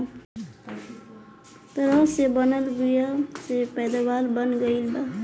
तरह से बनल बीया से पैदावार बढ़ गईल बा